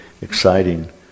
exciting